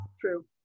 true